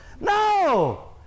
No